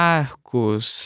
Marcos